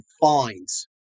fines